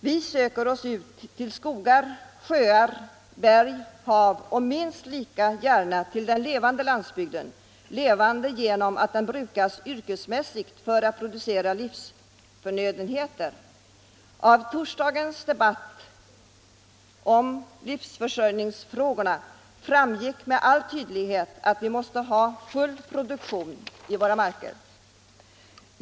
Man söker sig ut till skogar, sjöar, berg och hav och minst lika gärna till den levande landsbygden — levande genom att den brukas yrkesmässigt för att producera livsförnödenheter. Av torsdagens livsmedelsdebatt framgick med all tydlighet att vi måste ha full produktion på våra marker.